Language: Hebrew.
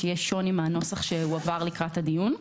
שיש שוני שהועבר לקראת הדיון,